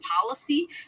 policy